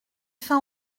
fin